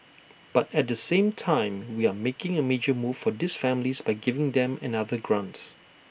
but at the same time we are making A major move for these families by giving them another grants